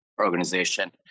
organization